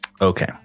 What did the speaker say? Okay